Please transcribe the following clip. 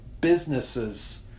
businesses